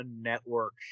network